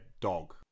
dog